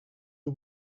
who